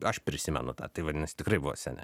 aš prisimenu tą tai vadinasi tikrai buvo sene